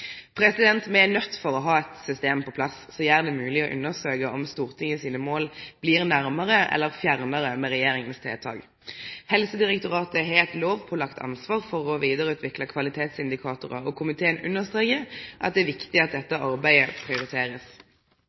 Me er nøydde til å ha eit system på plass som gjer det mogleg å undersøkje om Stortingets mål blir nærare eller fjernare med regjeringas tiltak. Helsedirektoratet har eit lovpålagt ansvar for å vidareutvikle kvalitetsindikatorar, og komiteen strekar under at det er viktig at dette arbeidet